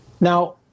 Now